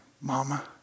Mama